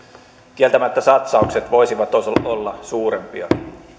kieltämättä satsaukset voisivat olla suurempia